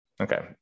Okay